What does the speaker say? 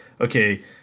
okay